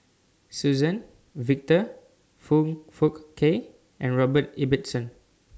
Suzann Victor Foong Fook Kay and Robert Ibbetson